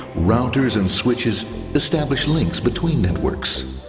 routers and switches establish links between networks.